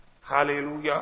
Hallelujah